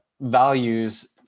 values